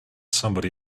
somebody